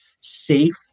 safe